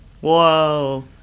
whoa